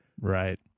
Right